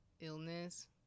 illness